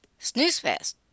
Snoozefest